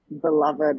beloved